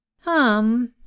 Hum